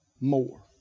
more